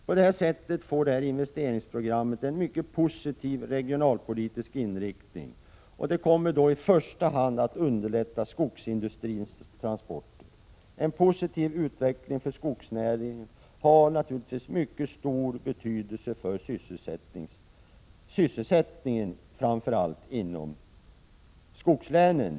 På detta sätt får det här investeringsprogrammet en mycket positiv regionalpolitisk inriktning, och det kommer då i första hand att underlätta skogsindustrins transporter. En positiv utveckling för skogsnäringen har givetvis mycket stor betydelse för sysselsättningen i framför allt skogslänen.